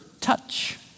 touch